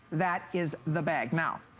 that is the bag. now,